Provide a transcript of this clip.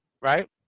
right